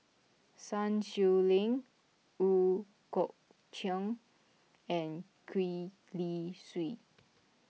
Sun Xueling Ooi Kok Chuen and Gwee Li Sui